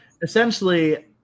Essentially